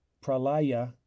pralaya